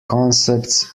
concepts